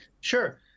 Sure